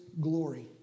glory